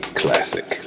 classic